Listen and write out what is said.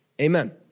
amen